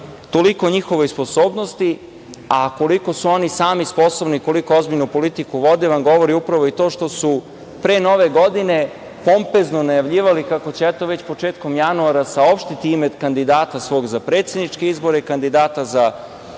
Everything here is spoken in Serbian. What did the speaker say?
o njihovoj sposobnosti, a koliko su oni sami sposobni i koliko ozbiljnu politiku vode nam govori upravo i to što su pre nove godine pompezno najavljivali kako će, eto, već početkom januara saopštiti ime kandidata svog za predsedničke izbore i kandidata za